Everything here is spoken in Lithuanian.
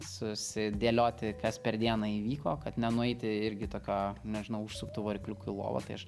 susidėlioti kas per dieną įvyko kad nenueiti irgi tokio nežinau užsuktu varikliuku į lovą tai aš